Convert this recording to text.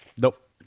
Nope